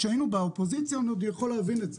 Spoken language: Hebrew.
כשהיינו באופוזיציה אני עוד יכול להבין את זה,